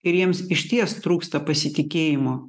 ir jiems išties trūksta pasitikėjimo